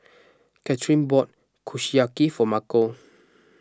Kathyrn bought Kushiyaki for Marco